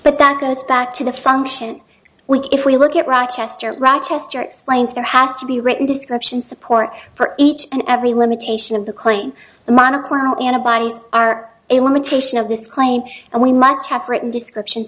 but that goes back to the function week if we look at rochester rochester explains there has to be written description support for each and every limitation of the claim the monoclonal antibodies are a limitation of this claim and we must have written description